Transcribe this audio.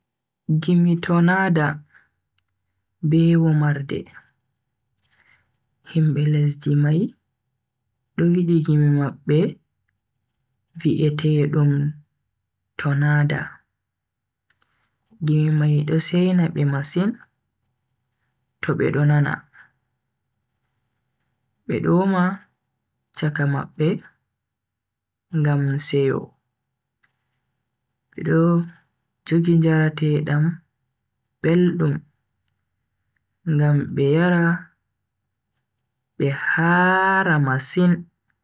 Gimi tonaada, be womarde. Himbe lesdi mai do yidi gimi mabbe vi'eteedum tonaada, gimi mai do seina be masin to be do nan, be do woma chaka mabbe ngam seyo be do jogi njarateedam beldum ngam be yara be haara masin.